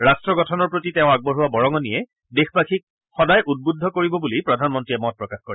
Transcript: ৰাষ্ট্ৰ গঠনৰ প্ৰতি তেওঁ আগবঢ়োৱা বৰঙণিয়ে দেশবাসীক সদায় উদ্বুদ্ধ কৰিব বুলি প্ৰধানমন্ত্ৰীয়ে মত প্ৰকাশ কৰে